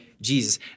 Jesus